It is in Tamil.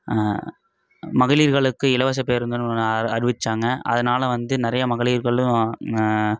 மகளிர்களுக்கு இலவச பேருந்துன்னு ஒன்று அ அறிவித்தாங்க அதனால் வந்து நிறைய மகளிர்களும்